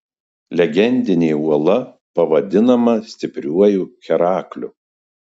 legendinė uola pavadinama stipriuoju herakliu